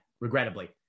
regrettably